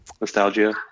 Nostalgia